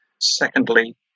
Secondly